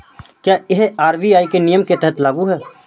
क्या यह आर.बी.आई के नियम के तहत लागू है?